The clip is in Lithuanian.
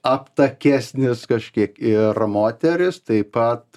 aptakesnis kažkiek ir moteris taip pat